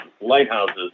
lighthouses